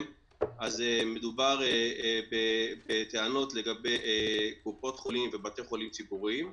מדובר בטענות לגבי קופות חולים ובתי חולים ציבוריים,